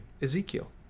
Ezekiel